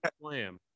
Slam